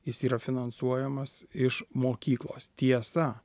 jis yra finansuojamas iš mokyklos tiesa